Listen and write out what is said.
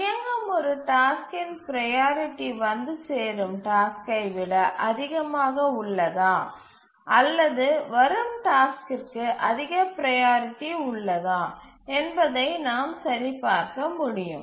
இயங்கும் ஒரு டாஸ்க்கின் ப்ரையாரிட்டி வந்து சேரும் டாஸ்க்கை விட அதிகமாக உள்ளதா அல்லது வரும் டாஸ்க்கிற்கு அதிக ப்ரையாரிட்டி உள்ளதா என்பதை நாம் சரிபார்க்க முடியும்